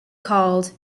called